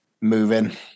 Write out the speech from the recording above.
moving